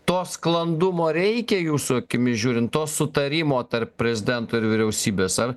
to sklandumo reikia jūsų akimis žiūrint to sutarimo tarp prezidento ir vyriausybės ar